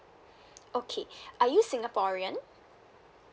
okay are you singaporean